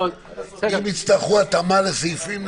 אם יצטרכו התאמה לסעיפים נעשה.